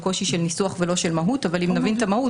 קושי של ניסוח ולא של מהות אבל אם נבין את המהות,